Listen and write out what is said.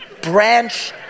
branch